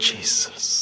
Jesus